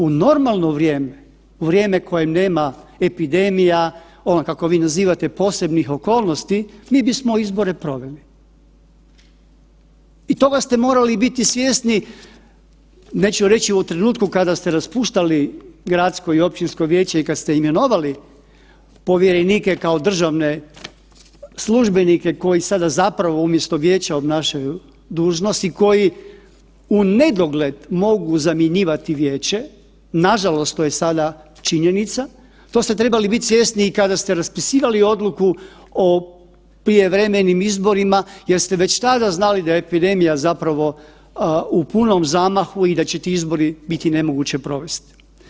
U normalno vrijeme, u vrijeme u kojem nema epidemija, ono kako vi nazivate posebnih okolnosti mi bismo izbore proveli i toga ste morali biti svjesni neću reći u trenutku kada ste raspuštali gradsko i općinsko vijeće i kad ste imenovali povjerenike kao državne službenike koji sada zapravo umjesto vijeća obnašaju dužnost i koji unedogled mogu zamjenjivati vijeće, nažalost to je sada činjenica, to ste trebali bit svjesni i kada ste raspisivali odluku o prijevremenim izborima jer ste već tada znali da je epidemija zapravo u punom zamahu i da će ti izbore biti nemoguće provesti.